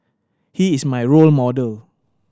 he is my role model